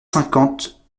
cinquante